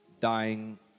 Dying